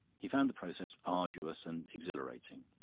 he found the process arduous and exhilarating.